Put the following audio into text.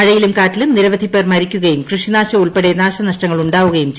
മഴയിലും കാറ്റിലും നിരവധിപ്പേർ മരിക്കുകയും കൃഷിനാഴും ഉൾപ്പെടെ നാശനഷ്ടങ്ങൾ ഉ ാവുകയും ചെയ്തു